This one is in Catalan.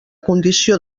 condició